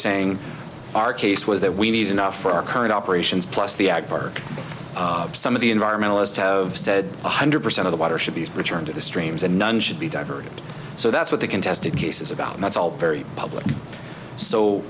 saying our case was that we need enough for our current operations plus the ag park some of the environmentalist have said one hundred percent of the water should be returned to the streams and none should be diverted so that's what the contested case is about and that's all very public so